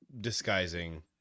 disguising